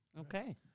Okay